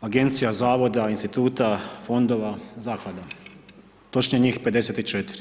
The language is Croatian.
Agencija, Zavoda, Instituta, Fondova, Zaklada, točnije njih 54.